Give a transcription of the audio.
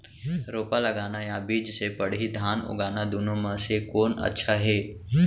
रोपा लगाना या बीज से पड़ही धान उगाना दुनो म से कोन अच्छा हे?